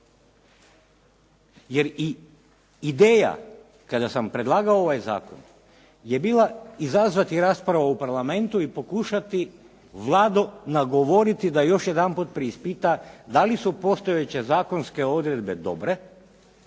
jer ideja kada sam predlagao ovaj zakon je bila izazvati raspravu u Parlamentu i pokušati Vladu nagovoriti da još jedanput preispita da li su postojeća zakonske odredbe dobre,